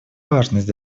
важность